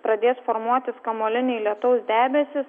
pradės formuotis kamuoliniai lietaus debesys